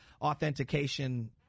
authentication